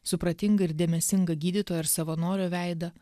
supratingą ir dėmesingą gydytojo ar savanorio veidą